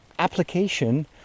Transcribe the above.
application